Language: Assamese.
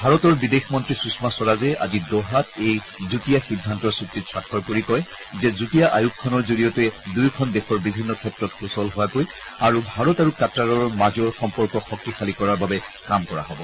ভাৰতৰ বিদেশ মন্ত্ৰী সু্যমা স্বৰাজে আজি ডোহাত এই যুটীয়া সিদ্ধান্তৰ চুক্তিত স্বাক্ষৰ কৰি কয় যে যুটীয়া আয়োগখনৰ জৰিয়তে দুয়োখন দেশৰ বিভিন্ন ক্ষেত্ৰত সূচল হোৱাকৈ আৰু ভাৰত আৰু কাট্টাৰৰ মাজৰ সম্পৰ্ক শক্তিশালী কৰাৰ বাবে কাম কৰা হ'ব